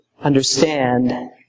understand